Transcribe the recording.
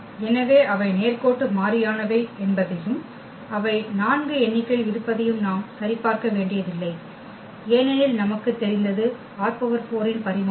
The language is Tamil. எனவே அவை நேர்கோட்டு மாறியானவை என்பதையும் அவை 4 எண்ணிக்கையில் இருப்பதையும் நாம் சரிபார்க்க வேண்டியதில்லை ஏனெனில் நமக்குத் தெரிந்தது ℝ4 இன் பரிமாணம்